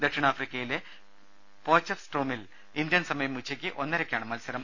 ദക്ഷിണാഫ്രിക്കയിലെ പോചെഫ്സ്ട്രൂമിൽ ഇന്ത്യൻ സമയം ഉച്ചയ്ക്ക് ഒന്നരയ്ക്കാണ് മത്സരം